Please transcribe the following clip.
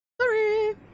sorry